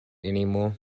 anymore